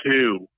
Two